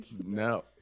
no